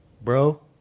bro